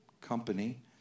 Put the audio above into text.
company